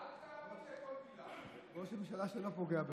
אל תאמין לכל מילה, ראש הממשלה שלא פוגע בחלשים.